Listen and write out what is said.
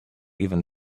even